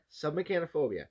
Submechanophobia